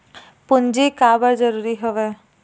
पूंजी काबर जरूरी हवय?